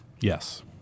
Yes